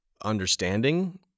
understanding